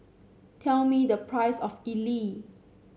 tell me the price of idly